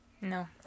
No